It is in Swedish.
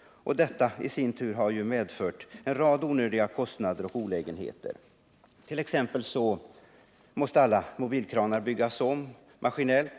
och detta har i sin tur medfört en rad onödiga kostnader och olägenheter. Alla mobilkranar måste t.ex. byggas om maskinellt.